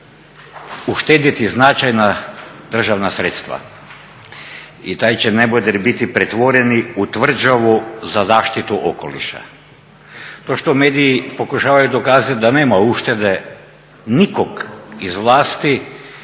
uštedjeti značajna državna sredstva. I taj će neboder biti pretvoreni u tvrđavu za zaštitu okoliša. To što mediji pokušavaju dokazati da nema uštede nikog iz vlasti